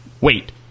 wait